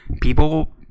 people